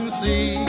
see ¶